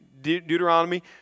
Deuteronomy